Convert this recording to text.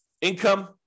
Income